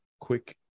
quick